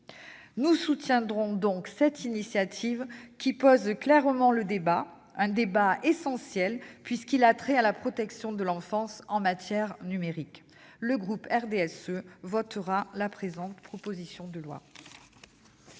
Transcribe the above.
Nous soutiendrons donc cette initiative qui permet de poser clairement le débat, un débat essentiel puisqu'il a trait à la protection de l'enfance en matière numérique. Le groupe RDSE votera la présente proposition de loi.